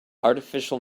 artificial